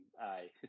Aye